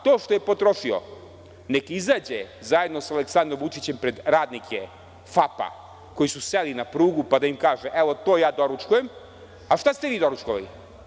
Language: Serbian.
To što je potrošio, nek izađe zajedno sa Aleksandrom Vučićem pred radnike „FAP-a“ koji su seli na prugu pa da im kaže – evo, to ja doručkujem, a šta ste vi doručkovali?